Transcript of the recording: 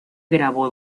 grabó